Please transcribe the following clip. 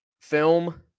film